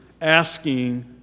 asking